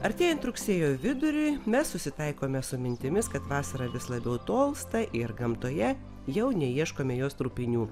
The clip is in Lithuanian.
artėjant rugsėjo viduriui mes susitaikome su mintimis kad vasara vis labiau tolsta ir gamtoje jau neieškome jos trupinių